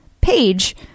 page